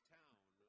town